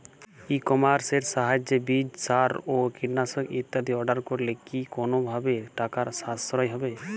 ই কমার্সের সাহায্যে বীজ সার ও কীটনাশক ইত্যাদি অর্ডার করলে কি কোনোভাবে টাকার সাশ্রয় হবে?